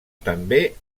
també